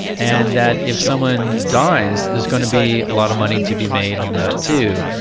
and that if someone dies there's going to be a lot of money to be made on that too.